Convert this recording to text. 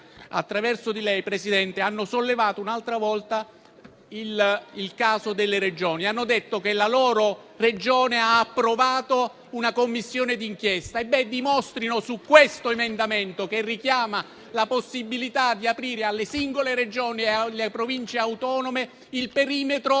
attraverso lei, Presidente, hanno sollevato un'altra volta il caso delle Regioni. Hanno detto che la loro Regione ha approvato una commissione d'inchiesta. Ebbene, lo dimostrino su questo emendamento, che richiama la possibilità di aprire alle singole Regioni e alle Province autonome il perimetro di